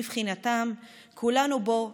שמבחינתם כולנו פה,